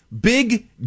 Big